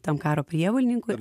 tam karo prievolininkui